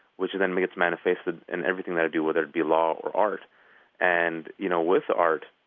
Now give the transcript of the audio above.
which then gets manifested in everything that i do, whether it be law or art and you know, with art